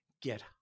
get